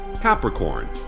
Capricorn